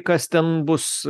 kas ten bus